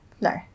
no